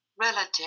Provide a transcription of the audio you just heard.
relative